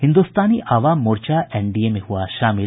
Hindustani Awam Morcha NDA में हुआ शामिल